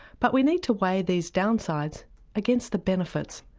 but we need to weigh these downsides against the benefits.